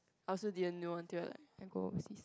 I also didn't know until like I go overseas